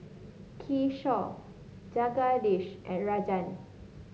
Kishore Jagadish and Rajan